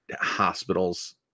hospitals